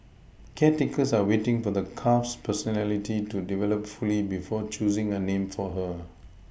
caretakers are waiting for the calf's personality to develop fully before choosing a name for her